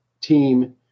team